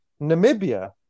Namibia